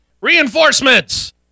reinforcements